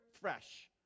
fresh